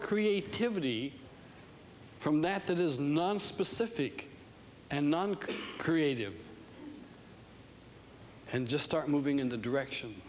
creativity from that that is nonspecific and creative and just start moving in the direction